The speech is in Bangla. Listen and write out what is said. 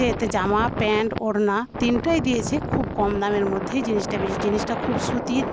এতে জামা প্যান্ট ওড়না তিনটেই দিয়েছে খুব কম দামের মধ্যেই জিনিসটা জিনিসটা খুব সুতির